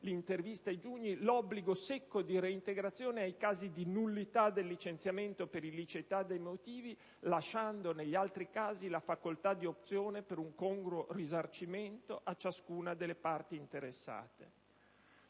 limitava l'obbligo secco di reintegrazione ai casi di nullità del licenziamento per illiceità dei motivi, lasciando negli altri casi la facoltà di opzione per un congruo risarcimento» a ciascuna delle parti interessate.